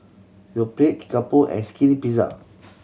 Yoplait Kickapoo and Skinny Pizza